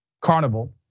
Carnival